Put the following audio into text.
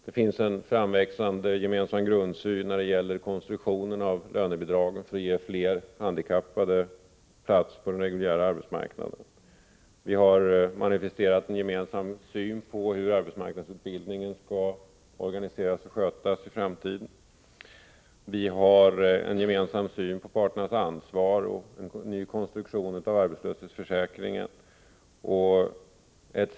Det finns en framväxande gemensam grundsyn beträffande konstruktionen av lönebidragen för att ge flera handikappade plats på den reguljära arbetsmarknaden. Vi har manifesterat en gemensam syn på hur arbetsmarknadsutbildningen skall organiseras och skötas i framtiden. Vi har en gemensam syn på parternas ansvar och en ny konstruktion av arbetslöshetförsäkringen, etc.